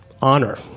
Honor